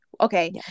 okay